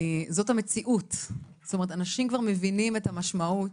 זאת המציאות, אנשים כבר מבינים את המשמעות,